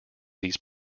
these